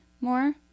more